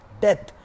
death